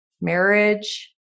marriage